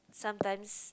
sometimes